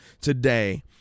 today